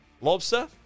Lobster